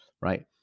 right